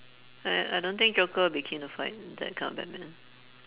I I don't think joker would be keen to fight that kind of batman